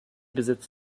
besitzt